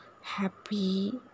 happy